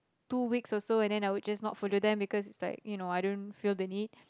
two weeks or so and then I would just not follow them because it's like you know I don't feel the need